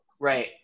Right